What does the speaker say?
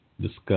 discuss